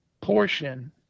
portion